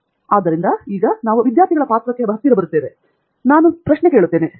ಫಣಿಕುಮಾರ್ ಆದ್ದರಿಂದ ಈಗ ನಾವು ವಿದ್ಯಾರ್ಥಿಗಳ ಪಾತ್ರಕ್ಕೆ ಹತ್ತಿರ ಬರುತ್ತೇವೆ ನಾನು ಸ್ವಲ್ಪ ಪ್ರಶ್ನೆ ಕೇಳುತ್ತೇನೆ